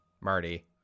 Marty